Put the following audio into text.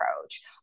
approach